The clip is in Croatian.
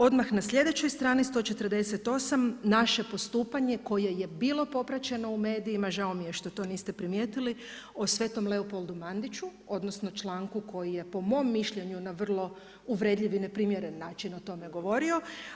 Odmah na sljedećoj strani, 148 naše postupanje koje je bilo popraćeno u medijima, žao mi je što to niste primijetili o Sv. Leopoldu Mandiću odnosno članku koji je po mom mišljenju na vrlo uvredljiv i neprimjeren način o tome govorio.